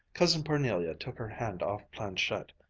cousin parnelia took her hand off planchette,